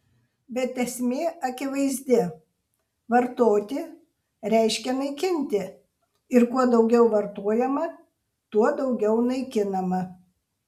bet esmė akivaizdi vartoti reiškia naikinti ir kuo daugiau vartojama tuo daugiau naikinama